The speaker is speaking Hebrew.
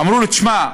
אמרו לו: תשמע,